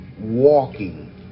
walking